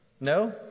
No